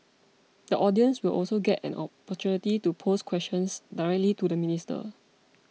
the audience will also get an opportunity to pose questions directly to the minister